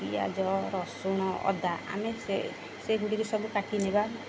ପିଆଜ ରସୁଣ ଅଦା ଆମେ ସେ ସେଗୁଡ଼ିକ ସବୁ କାଟି ନେବା